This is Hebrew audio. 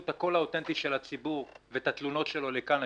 את הקול האותנטי של הציבור ואת התלונות שלו לכאן,